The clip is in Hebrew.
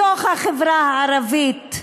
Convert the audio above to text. מתוך החברה הערבית,